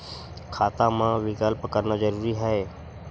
खाता मा विकल्प करना जरूरी है?